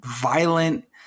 violent